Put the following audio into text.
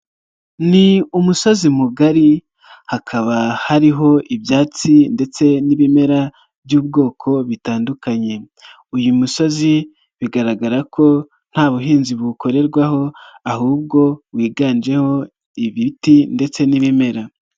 Ni umusozi mugari, hakaba hariho ibyatsi ndetse n'ibimera by'ubwoko bitandukanye. Uyu musozi bigaragara ko nta buhinzi buwukorerwaho ahubwo wiganjemo ibiti ndetse n'ibimera.